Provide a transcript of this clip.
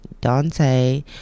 Dante